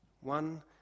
One